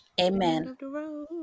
Amen